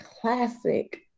classic